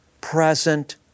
present